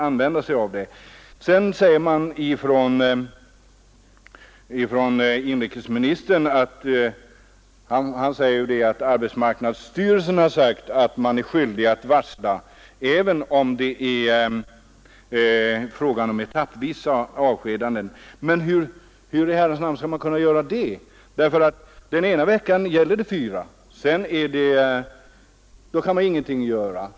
Inrikesministern säger att han har inhämtat uppgifter från arbetsmarknadsstyrelsen som innebär att skyldighet att varsla föreligger även om avskedanden sker etappvis, men hur skall man i praktiken kunna kräva det? Den ena veckan gäller det ju bara att avskeda fyra personer, och då kan man ingenting göra.